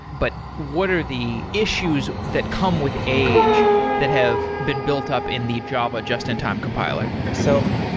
but what are the issues that come with age that have been built up in the java just-in-time compiler? so,